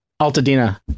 Altadena